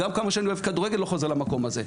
כמה שאני אוהב כדורגל אני לא חוזר למקום הזה.